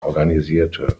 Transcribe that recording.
organisierte